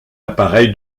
appareil